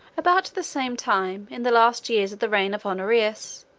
about the same time, in the last years of the reign of honorius,